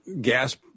gas